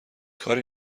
کاری